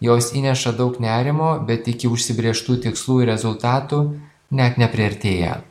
jos įneša daug nerimo bet iki užsibrėžtų tikslų ir rezultatų net nepriartėja